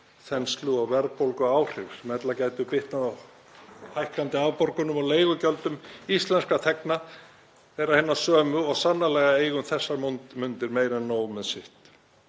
þenslu og verðbólguáhrif sem ella gætu kvittað á hækkandi afborganir og leigugjöld íslenskra þegna, þeirra hinna sömu og sannarlega eiga um þessar mundir meira en nóg með sitt.